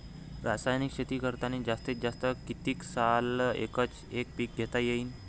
रासायनिक शेती करतांनी जास्तीत जास्त कितीक साल एकच एक पीक घेता येईन?